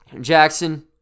Jackson